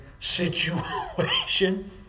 situation